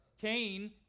Cain